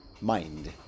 mind